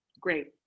Great